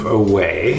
away